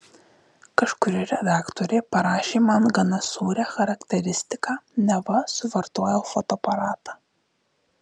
kažkuri redaktorė parašė man gana sūrią charakteristiką neva suvartojau fotoaparatą